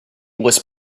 was